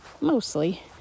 mostly